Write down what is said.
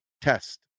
test